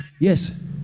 Yes